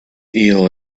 eel